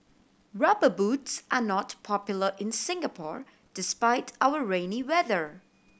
Rubber Boots are not popular in Singapore despite our rainy weather